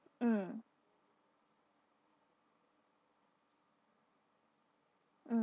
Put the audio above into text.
mm